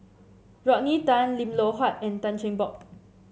Rodney Tan Lim Loh Huat and Tan Cheng Bock